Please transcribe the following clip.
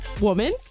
woman